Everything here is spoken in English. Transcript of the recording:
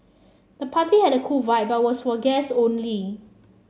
the party had a cool vibe but was for guests only